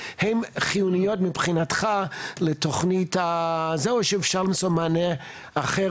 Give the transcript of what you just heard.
הן חיוניות מבחינתך לתכנית או שאפשר למצוא מענה אחר